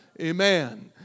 Amen